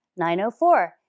904